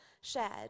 shared